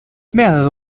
mehrere